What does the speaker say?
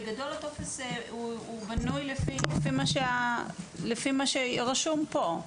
בגדול הטופס בנוי לפי מה שרשום פה.